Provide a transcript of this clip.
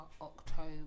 October